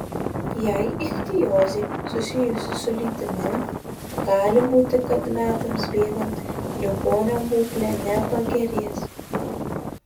jei ichtiozė susijusi su lytimi gali būti kad metams bėgant ligonio būklė nepagerės